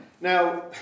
Now